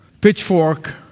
pitchfork